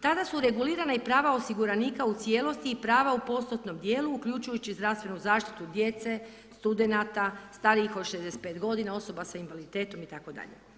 Tada su regulirana i prava osiguranika u cijelosti i prava u postotnom dijelu, uključujući zdravstvenu zaštitu djecu, studenata, starijih od 65.godina, osoba s invaliditetom itd.